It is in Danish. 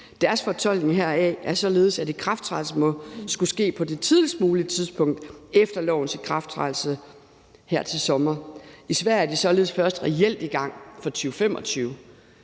Deres fortolkning heraf er således, at en ikrafttrædelse må skulle ske på det tidligst mulige tidspunkt efter lovens ikrafttrædelse her til sommer. I Sverige er de således først reelt i gang fra 2025,